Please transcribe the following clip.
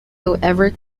however